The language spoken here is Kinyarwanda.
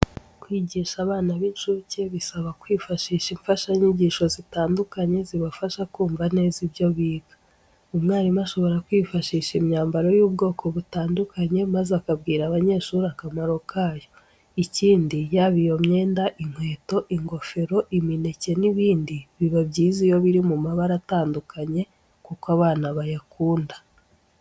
Kwigisha abana b'inshuke bisaba kwifashisha imfashanyigisho zitandukanye zibafasha kumva neza ibyo biga. Umwarimu ashobora kwifashisha imyambaro y'ubwoko butandukanye maze akabwira abanyeshuri akamaro kayo. Ikindi, yaba iyo myenda, inkweto, ingofero, imineke n'ibindi biba byiza iyo biri mu mabara atandukanye kuko abana bayakunda.